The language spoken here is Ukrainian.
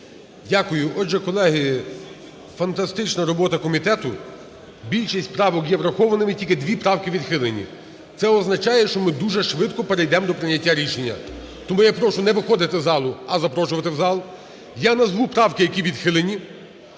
Дякую. Отже, колеги, фантастична робота комітету, більшість правок є врахованими, тільки дві правки відхилені. Це означає, що ми дуже швидко перейдемо до прийняття рішення. Тому я прошу не виходити з залу, а заходити в зал. Я назву правки, які відхилені.